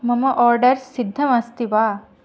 मम आर्डर् सिद्धमस्ति वा